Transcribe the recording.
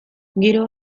giro